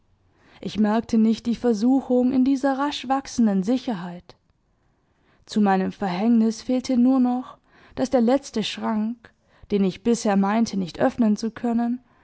ich merkte nicht die versuchung in dieser rasch wachsenden sicherheit zu meinem verhängnis fehlte nur noch daß der letzte schrank den ich bisher meinte nicht öffnen zu können